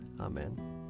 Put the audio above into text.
Amen